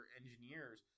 engineers